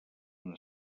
una